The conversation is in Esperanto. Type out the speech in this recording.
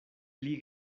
pli